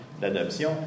l'adoption